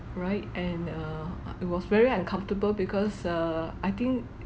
right and err uh it was very uncomfortable because err I think